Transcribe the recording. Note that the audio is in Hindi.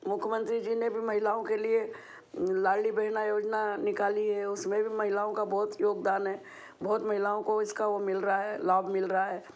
मुख्यमंत्री जी ने भी महिलाओं के लिए लाली बहना योजना निकली है उसमें भी महिलाओं का बहुत योगदान है बहुत महिलाओं को इसका वो मिल रहा है लाभ मिल रहा है